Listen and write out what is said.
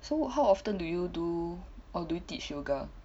so how often do you do or do you teach yoga